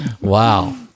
Wow